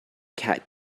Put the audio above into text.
cat